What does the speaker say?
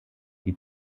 die